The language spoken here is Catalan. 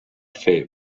fer